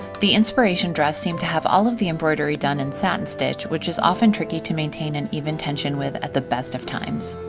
the inspiration dress seemed to have all of the embroidery done in satin stitch, which is often tricky to maintain an even tension with at the best of times.